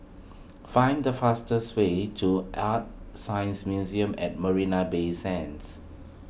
find the fastest way to ArtScience Museum at Marina Bay Sands